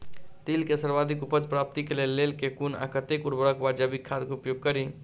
तिल केँ सर्वाधिक उपज प्राप्ति केँ लेल केँ कुन आ कतेक उर्वरक वा जैविक खाद केँ उपयोग करि?